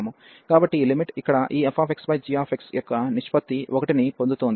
కాబట్టి ఈ లిమిట్ ఇక్కడ ఈ fxgx యొక్క నిష్పత్తి 1 ని పొందుతోంది